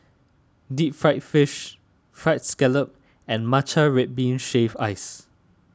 Deep Fried Fish Fried Scallop and Matcha Red Bean Shaved Ice